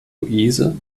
louise